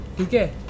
Okay